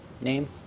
name